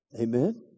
Amen